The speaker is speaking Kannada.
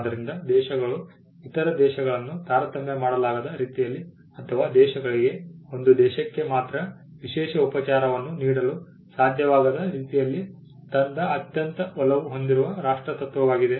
ಆದ್ದರಿಂದ ದೇಶಗಳು ಇತರ ದೇಶಗಳನ್ನು ತಾರತಮ್ಯ ಮಾಡಲಾಗದ ರೀತಿಯಲ್ಲಿ ಅಥವಾ ದೇಶಗಳಿಗೆ ಒಂದು ದೇಶಕ್ಕೆ ಮಾತ್ರ ವಿಶೇಷ ಉಪಚಾರವನ್ನು ನೀಡಲು ಸಾಧ್ಯವಾಗದ ರೀತಿಯಲ್ಲಿ ತಂದ ಅತ್ಯಂತ ಒಲವು ಹೊಂದಿರುವ ರಾಷ್ಟ್ರ ತತ್ವವಾಗಿದೆ